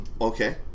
Okay